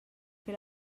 que